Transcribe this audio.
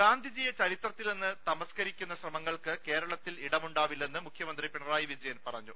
ഗാന്ധിജിയെ ചരിത്രത്തിൽ നിന്ന് തമസ്ക്കാരിക്കുന്ന ശ്രമങ്ങൾക്ക് കേരളത്തിൽ ഇടമുണ്ടാവിലെന്നു മുഖ്യമന്ത്രി പിണറായി വിജയൻ പറഞ്ഞു